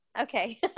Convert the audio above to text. Okay